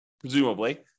presumably